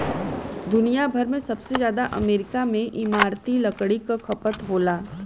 दुनिया भर में सबसे जादा अमेरिका में इमारती लकड़ी क खपत होला